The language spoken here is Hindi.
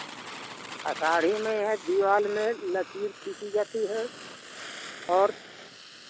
आषाढ़ी में है दीवाल में लकीर खींची जाती है और